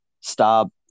stop